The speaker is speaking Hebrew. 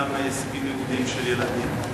גם, הישגים לימודיים של ילדים.